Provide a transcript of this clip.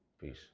peace